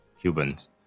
Cubans